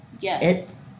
Yes